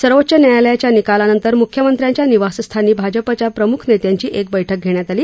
सर्वोच्च न्यायालयाच्या निकालानंतर मुख्यमंत्र्यांच्या निवासस्थानी भाजपच्या प्रमुख नेत्यांची एक बैठक घेण्यात आली